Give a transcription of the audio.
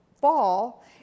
fall